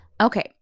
Okay